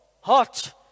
hot